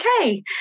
okay